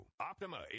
Optima